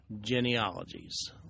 genealogies